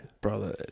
Bro